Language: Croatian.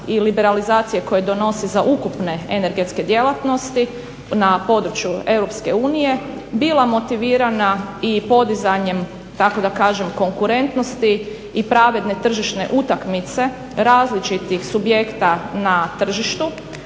i liberalizacije koje donose za ukupne energetske djelatnosti na području EU bila motivirana i podizanjem, tako da kažem konkurentnosti i pravedne tržišne utakmice različitih subjekta na tržištu,